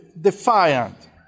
defiant